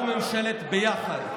אנחנו ממשלת ביחד.